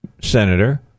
Senator